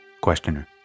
Questioner